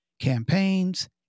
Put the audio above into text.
campaigns